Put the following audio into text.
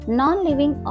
non-living